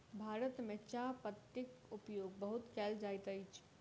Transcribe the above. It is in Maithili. भारत में चाह पत्तीक उपयोग बहुत कयल जाइत अछि